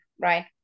right